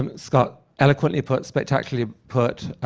um scott, eloquently put, spectacularly put.